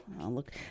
Look